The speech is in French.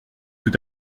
tout